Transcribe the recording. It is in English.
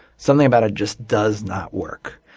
something about it just does not work.